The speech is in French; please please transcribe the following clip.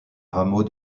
hameau